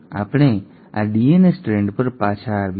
હવે ચાલો આપણે આ ડીએનએ સ્ટ્રાન્ડ પર પાછા આવીએ